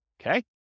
Okay